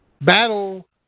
battle